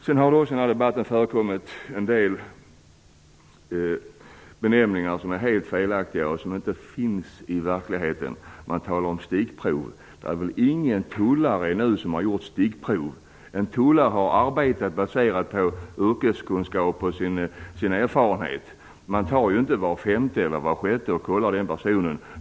I debatten har det förekommit en del benämningar som är helt felaktiga. De finns inte i verkligheten. Man talar om stickprov. Det är ingen tullare som gör stickprov. En tullare arbetar baserat på sin yrkeskunskap och sin erfarenhet. De kollar inte var femte eller sjätte person.